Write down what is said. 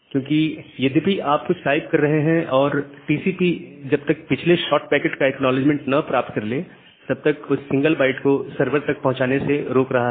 क्योंकि यद्यपि आप कुछ टाइप कर रहे हैं और टीसीपी जब तक पिछले शॉट पैकेट का एक्नॉलेजमेंट ना प्राप्त कर ले तब तक उस सिंगल बाइट को सरवर तक पहुंचने से रोक रहा है